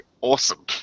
awesome